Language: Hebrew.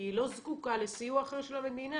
כי היא לא זקוקה לסיוע אחר של המדינה,